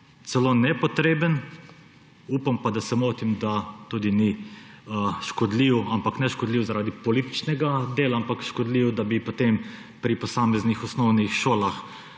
celo nepotreben. Upam pa, da se motim, da tudi ni škodljiv, ampak ne škodljiv zaradi političnega dela, ampak škodljiv, da bi potem pri posameznih osnovnih šolah